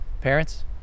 parents